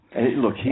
Look